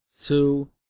two